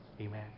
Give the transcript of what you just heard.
Amen